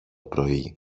πρωί